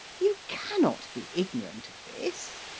you cannot be ignorant of this.